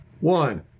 One